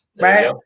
right